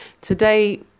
today